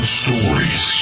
stories